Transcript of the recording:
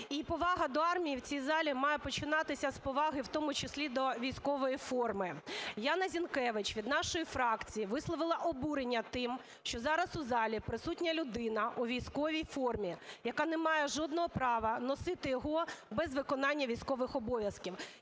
повага до армії в цій залі має починатися з поваги в тому числі до військової форми. Яна Зінкевич, від нашої фракції, висловила обурення тим, що зараз у залі присутня людина у військовий формі, яка не має жодного права носити її, без виконання військових обов'язків.